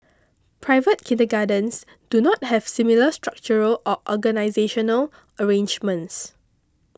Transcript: private kindergartens do not have similar structural or organisational arrangements